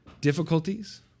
difficulties